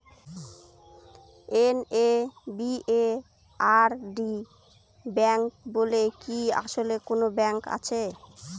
NABARD bank বলে কি আসলেই কোনো ব্যাংক আছে?